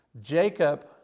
Jacob